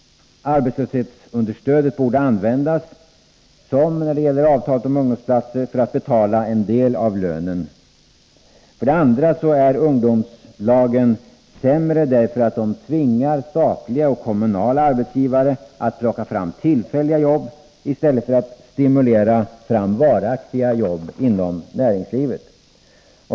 Arbetslöshetsunderstödet borde liksom när det gäller avtalet om ungdomsplatser användas för att betala en del av lönen. För det andra är ungdomslagen sämre därför att de tvingar statliga och kommunala arbetsgivare att plocka fram tillfälliga jobb i stället för att stimulera fram varaktiga jobb i näringslivet.